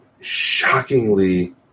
shockingly